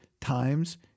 times